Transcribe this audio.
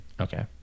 Okay